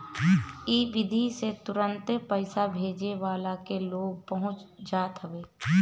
इ विधि से तुरंते पईसा भेजे वाला के लगे पहुंच जात हवे